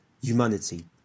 humanity